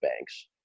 banks